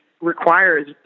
requires